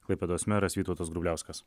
klaipėdos meras vytautas grubliauskas